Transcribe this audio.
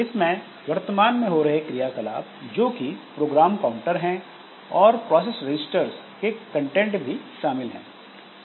इसमें वर्तमान में हो रहे क्रियाकलाप जो कि प्रोग्राम काउंटर हैं और प्रोसेस रजिस्टर के कंटेंट भी शामिल है